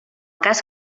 cas